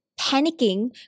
panicking